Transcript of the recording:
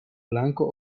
blanco